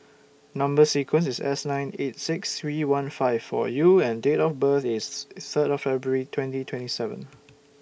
Number sequence IS S nine eight six three one five four U and Date of birth IS Third of February twenty twenty seven